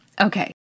Okay